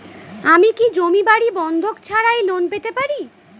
আমি কি জমি বাড়ি বন্ধক ছাড়াই লোন পেতে পারি?